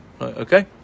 Okay